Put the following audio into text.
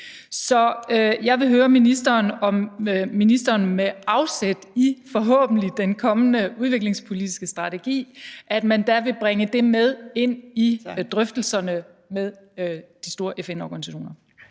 Så jeg vil høre ministeren, om ministeren, forhåbentlig med afsæt i den kommende udviklingspolitiske strategi, vil bringe det med ind i drøftelserne med de store FN-organisationer.